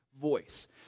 voice